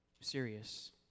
serious